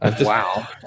Wow